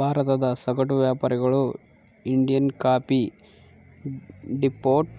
ಭಾರತದ ಸಗಟು ವ್ಯಾಪಾರಿಗಳು ಇಂಡಿಯನ್ಕಾಫಿ ಡಿಪೊಟ್,